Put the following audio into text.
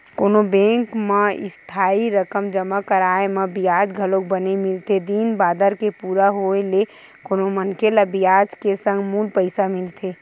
कोनो बेंक म इस्थाई रकम जमा कराय म बियाज घलोक बने मिलथे दिन बादर के पूरा होय ले कोनो मनखे ल बियाज के संग मूल पइसा मिलथे